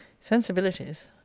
sensibilities